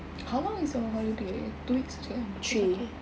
how long is your holidays two weeks jer ke satu